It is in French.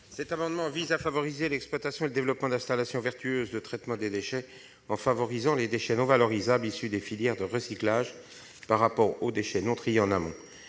Cet amendement vise à favoriser l'exploitation et le développement d'installations vertueuses de traitement des déchets en privilégiant les déchets non valorisables issus des filières de recyclage par rapport aux déchets non triés en amont.